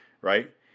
right